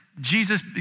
Jesus